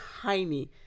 tiny